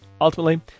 Ultimately